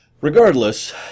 Regardless